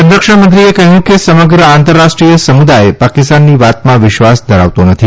સંરક્ષણ મંત્રીએ કહ્યું કે સમગ્ર આંતરરાષ્ટ્રીય સમુદાય પાકિસ્તાનની વાતમાં વિશ્વાસ ધરાવતો નથી